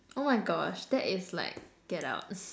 oh my gosh that is like get out